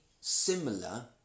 similar